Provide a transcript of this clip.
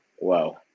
Wow